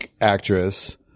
actress